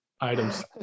items